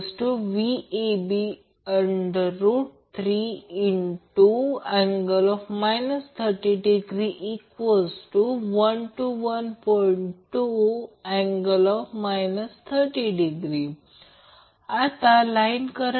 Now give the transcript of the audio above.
बिंदू N आहे म्हणूनच मी त्याला VAN Ia VBN Ib VCN Ic बनवत आहे आणि जर Ia Ib Ic आणि येथून VAN VBN आणि VCN चे मूल्य जर भरले आणि सरलीकृत केले तर कृपया हे करा